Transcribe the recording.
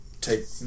take